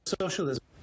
socialism